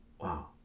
Wow